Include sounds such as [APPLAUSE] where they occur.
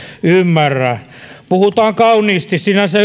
ymmärrä puhutaan kauniisti sinänsä [UNINTELLIGIBLE]